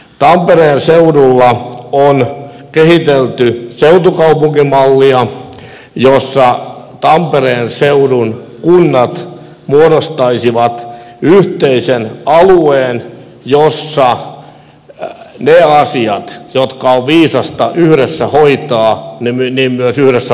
tampereen seudulla on kehitelty seutukaupunkimallia jossa tampereen seudun kunnat muodostaisivat yhteisen alueen jossa ne asiat jotka on viisasta yhdessä hoitaa myös yhdessä ratkaistaisiin